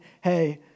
hey